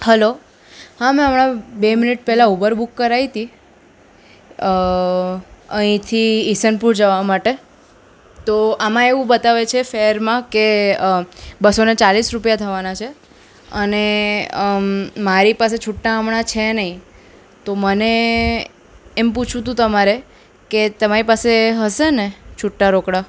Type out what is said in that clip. hello હા મેં હમણાં બે મિનિટ પહેલાં ઉબર બુક કરાવી હતી અહીંથી ઇસનપુર જવા માટે તો આમાં એવું બતાવે છે ફેરમાં કે બસોને ચાલીસ રૂપિયા થવાના છે અને મારી પાસે છૂટા હમણાં છે નહીં તો મને એમ પૂછ્વું તું તમારે કે તમારી પાસે હશે ને છૂટાં રોકડા